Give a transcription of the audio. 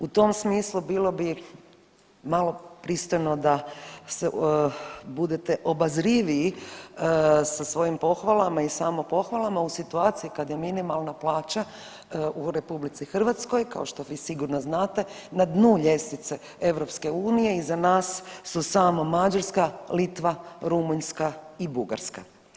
U tom smislu bilo bi malo pristojno da budete obazriviji sa svojim pohvalama i samo pohvalama u situaciji kada je minimalna plaća u RH kao što vi sigurno znate na dnu ljestvice EU, iza nas su samo Mađarska, Litva, Rumunjska i Bugarska.